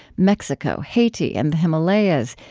mexico, haiti, and the himalayas,